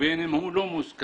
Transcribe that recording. ובין אם הוא לא מוסכם,